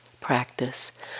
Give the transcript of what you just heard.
practice